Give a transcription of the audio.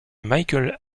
michael